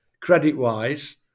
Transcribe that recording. credit-wise